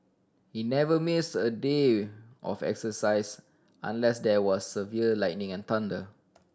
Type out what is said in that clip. he never missed a day of exercise unless there was severe lightning and thunder